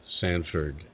Sanford